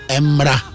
Emra